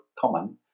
common